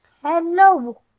Hello